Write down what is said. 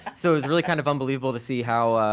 so it was really kind of unbelievable to see how,